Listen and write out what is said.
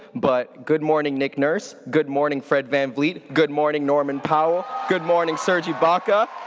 but good morning nick nurse, good morning fred vanvleet, good morning norman powell, good morning serje ibaka.